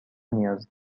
نیاز